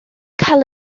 cael